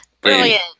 Brilliant